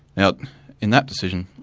now in that decision,